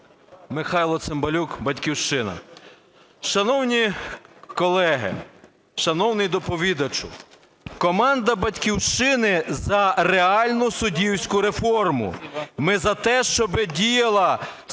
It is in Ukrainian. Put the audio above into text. Михайло Цимбалюк, "Батьківщина". Шановні колеги, шановний доповідачу, команда "Батьківщини" за реальну суддівську реформу. Ми за те, щоб діяла